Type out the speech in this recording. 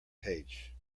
page